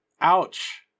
Ouch